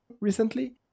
recently